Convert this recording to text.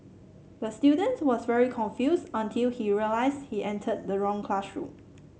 the student was very confused until he realised he entered the wrong classroom